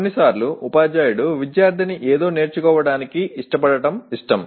కొన్నిసార్లు ఉపాధ్యాయుడు విద్యార్థిని ఏదో నేర్చుకోవటానికి ఇష్టపడటం ఇష్టం